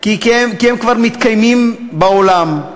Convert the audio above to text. כי הם כבר מתקיימים בעולם,